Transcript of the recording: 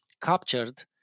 captured